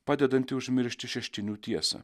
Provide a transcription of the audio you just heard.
padedanti užmiršti šeštinių tiesą